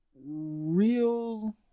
real